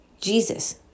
Jesus